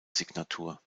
signatur